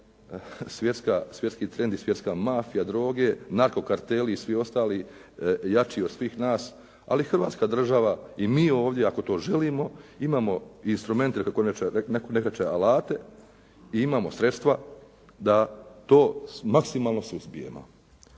svjetski trend i svjetska mafija droge, narkokarteli i svi ostali jači od svih nas, ali Hrvatska država i mi ovdje ako to želimo imamo instrumente kako netko reče alate i imamo sredstva da to maksimalno suzbijemo.